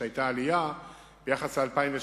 שבה היתה עלייה ביחס ל-2007,